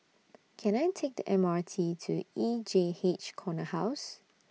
Can I Take The M R T to E J H Corner House